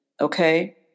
Okay